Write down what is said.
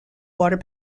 water